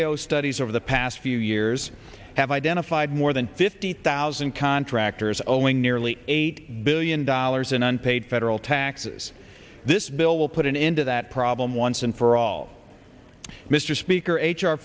a o studies over the past few years have identified more than fifty thousand contractors owing nearly eight billion dollars in unpaid federal taxes this bill will put an end to that problem once and for all mr speaker h